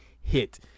hit